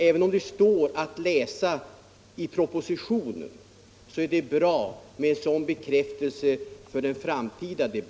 Även om det står att läsa i propositionen tror jag att det är Onsdagen den